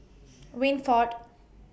Winford